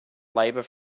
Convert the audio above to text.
labour